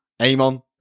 Amon